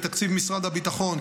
מתקציב משרד הביטחון,